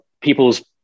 people's